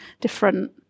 different